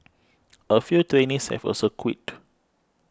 a few trainees have also quit